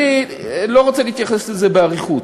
אני לא רוצה להתייחס לזה באריכות,